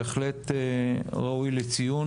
בהחלט ראויה לציון